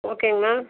ஓகேங்க மேம்